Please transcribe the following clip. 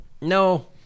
No